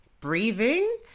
Breathing